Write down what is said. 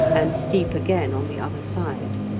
and steep again on the other side.